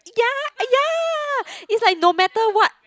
ya ya it's like no matter what